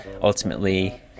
ultimately